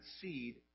seed